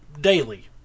daily